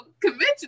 Convention